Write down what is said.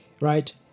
right